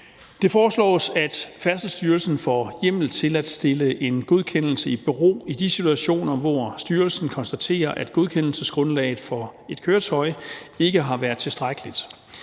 Det foreslås, at Færdselsstyrelsen får hjemmel til at stille en godkendelse i bero i de situationer, hvor styrelsen konstaterer, at godkendelsesgrundlaget for et køretøj ikke har været tilstrækkeligt.